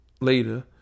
later